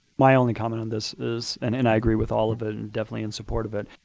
my only comment on this is and and i agree with all of it and definitely in support of it.